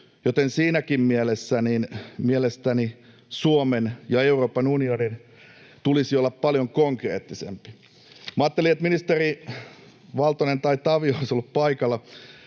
joten siinäkin mielessä mielestäni Suomen ja Euroopan unionin tulisi olla paljon konkreettisempia. Minä ajattelin, että ministeri Valtonen tai Tavio olisi ollut paikalla.